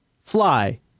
Fly